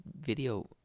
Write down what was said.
video